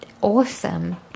awesome